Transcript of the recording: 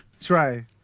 try